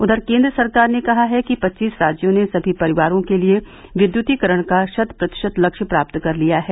उधर केन्द्र सरकार ने कहा है कि पच्चीस राज्यों ने सभी परिवारों के लिये विद्युतीकरण का शत प्रतिशत लक्ष्य प्राप्त कर लिया है